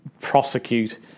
prosecute